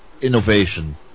innovation